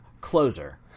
closer